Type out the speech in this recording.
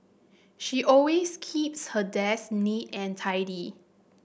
she always keeps her desk neat and tidy